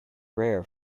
rare